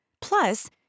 Plus